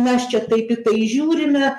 mes čia taip į tai žiūrime